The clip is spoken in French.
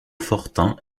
fortin